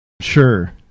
Sure